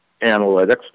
analytics